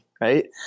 right